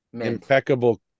impeccable